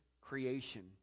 creation